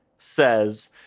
says